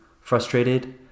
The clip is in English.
frustrated